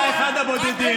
אתה אחד הבודדים.